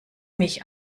mich